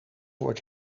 wordt